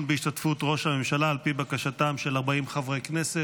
בהשתתפות ראש הממשלה על פי בקשתם של 40 חברי כנסת.